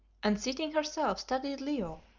and seating herself studied leo,